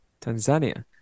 tanzania